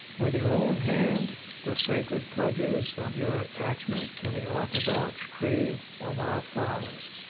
with your own hand, the sacred pledges of your attachment to the orthodox creed of our fathers.